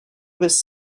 was